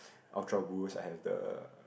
Ultra boost I have the